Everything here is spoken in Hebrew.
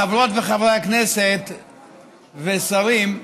חברות וחברי הכנסת ושרים,